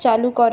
চালু করা